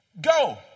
go